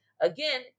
again